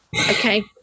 okay